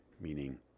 meaning